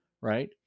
right